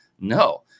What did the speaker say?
No